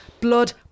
Blood